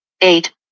eight